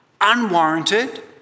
unwarranted